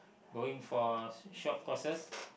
going for short courses